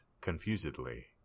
confusedly